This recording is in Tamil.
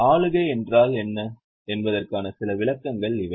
ஆளுகை என்றால் என்ன என்பதற்கான சில விளக்கங்கள் இவை